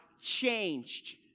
changed